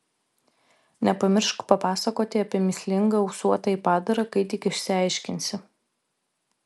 nepamiršk papasakoti apie mįslingą ūsuotąjį padarą kai tik išsiaiškinsi